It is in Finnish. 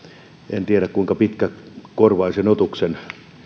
en tiedä kuinka pitkäkorvaisen otuksen